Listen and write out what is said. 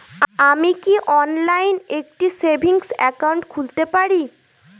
আমি কি অনলাইন একটি সেভিংস একাউন্ট খুলতে পারি?